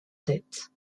tête